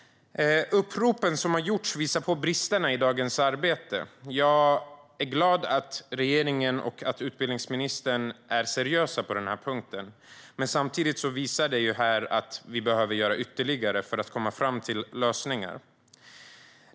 Uppropen visar på bristerna i dagens arbete. Jag är glad att regeringen och utbildningsministern är seriös på den här punkten. Men samtidigt visar det här att vi behöver göra mer för att komma fram till lösningar.